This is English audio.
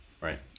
Right